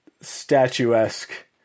statuesque